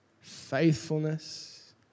faithfulness